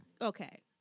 Okay